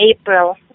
April